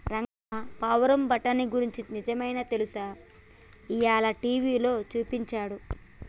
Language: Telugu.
రంగా పావురం బఠానీ గురించి నిజమైనా తెలుసా, ఇయ్యాల టీవీలో సూపించాడు